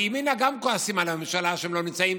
כי ימינה גם כועסים על הממשלה שהם לא נמצאים,